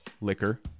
liquor